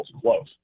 close